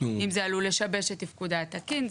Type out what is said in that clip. אם זה עלול לשבש את תפקודה התקין.